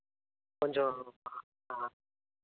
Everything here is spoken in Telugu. కొంచెం